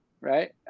right